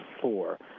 four